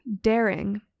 daring